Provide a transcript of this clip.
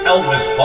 Elvis